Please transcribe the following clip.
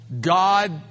God